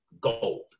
gold